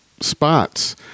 spots